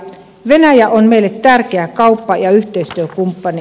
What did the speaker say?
venäjä on meille tärkeä kauppa ja yhteistyökumppani